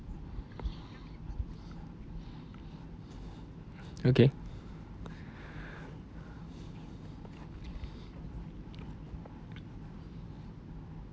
okay